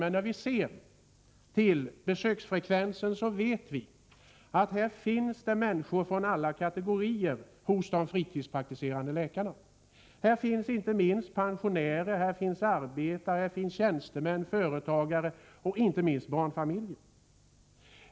Men enligt besöksfrekvensen finns det människor från alla kategorier hos de fritidspraktiserande läkarna. Här finns pensionärer, arbetare, tjänstemän, företagare och inte minst barnfamiljer.